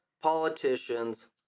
politicians